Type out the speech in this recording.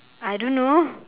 I don't know